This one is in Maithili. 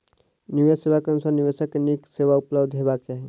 निवेश सेवा के अनुसार निवेशक के नीक सेवा उपलब्ध हेबाक चाही